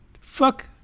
Fuck